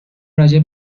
راجع